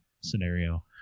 scenario